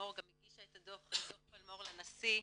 פלמור הגישה את דו"ח פלמור לנשיא,